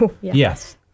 Yes